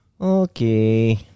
Okay